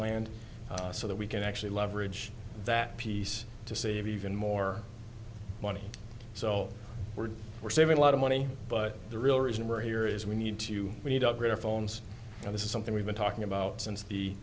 land so that we can actually leverage that piece to save even more money so we're we're saving a lot of money but the real reason we're here is we need to we need to upgrade our phones and this is something we've been talking about since the